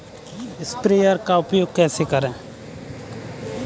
Sprayer का उपयोग कैसे करें?